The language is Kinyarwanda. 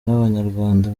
n’abanyarwanda